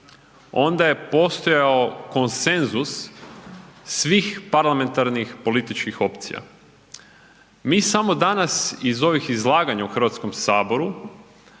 onda je postojao konsenzus svih parlamentarnih političkih opcija, mi samo danas iz ovih izlaganja u Hrvatskom saboru